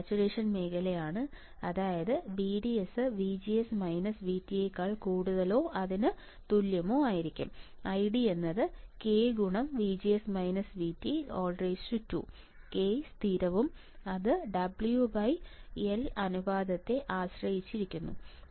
ഇത് സാച്ചുറേഷൻ മേഖലയാണ് VDS VGS VT ID k 2 k സ്ഥിരവും അത് Wl അനുപാതത്തെ ആശ്രയിച്ചിരിക്കുന്നു